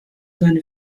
seine